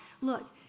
look